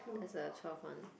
that's the twelve one